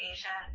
Asia